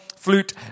flute